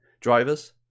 drivers